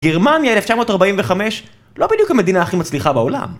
גרמניה 1945, לא בדיוק המדינה הכי מצליחה בעולם.